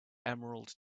emerald